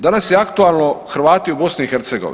Danas je aktualno Hrvati u BiH.